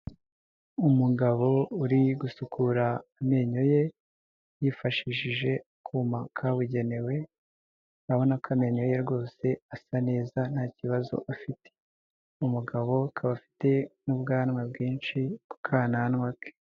Umugabo uri gusukura amenyo ye yifashishije akuma kabugenewe urabona ko amenyo ye rwose asa neza nta kibazo afite, umugabo akaba afite n'ubwanwa bwinshi ku kananwa ke.